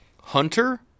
Hunter